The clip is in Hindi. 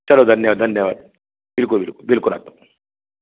चलो धन्य धन्यवाद बिलकुल बिलकुल बिलकुल आता हूँ